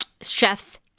chefs